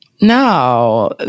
No